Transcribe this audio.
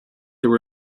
there